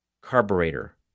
carburetor